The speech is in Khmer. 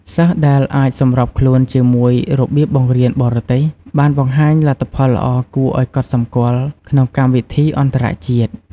សិស្សដែលអាចសម្របខ្លួនជាមួយរបៀបបង្រៀនបរទេស បានបង្ហាញលទ្ធផលល្អគួរឲ្យកត់សម្គាល់ក្នុងកម្មវិធីអន្តរជាតិ។